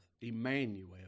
Emmanuel